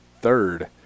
third